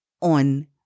on